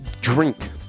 drink